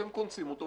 אתם קונסים אותו,